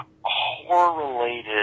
horror-related